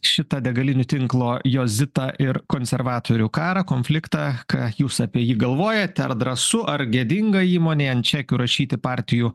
šitą degalinių tinklo jozita ir konservatorių karą konfliktą ką jūs apie jį galvojat ar drąsu ar gėdinga įmonėj ant čekių rašyti partijų